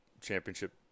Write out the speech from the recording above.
championship